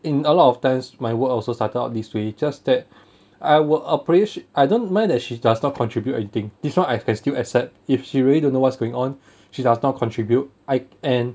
in a lot of times my work also started out this way just that I will appreciate I don't mind as she does not contribute anything this one I can still accept if she really don't know what's going on she does not contribute I and